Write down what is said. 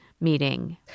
meeting